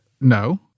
No